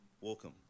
welcome